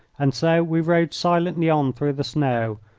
and so we rode silently on through the snow,